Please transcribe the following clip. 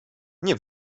nie